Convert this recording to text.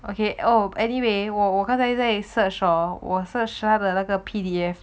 okay oh anyway 我我刚才在瑟说我是衰的那个 P_D_F